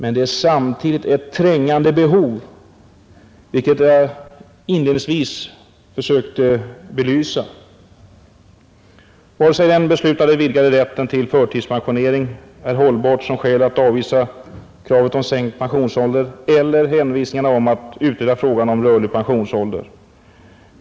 Men det är samtidigt ett trängande behov, vilket jag inledningsvis försökt att belysa. Varken den beslutade vidgade rätten till förtidspensionering eller hänvisningarna om att utreda frågan om rörlig pensionsålder håller som skäl att avvisa kravet om sänkt pensionsålder.